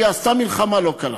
והיא עשתה מלחמה לא קלה.